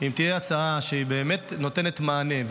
אם תהיה הצעה שבאמת נותנת מענה,